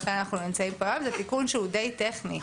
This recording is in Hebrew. לכן אנחנו נמצאים פה היום לתיקון די טכני.